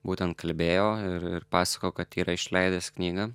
būtent kalbėjo ir ir pasakojo kad yra išleidęs knygą